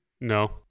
No